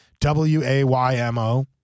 W-A-Y-M-O